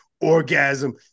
orgasm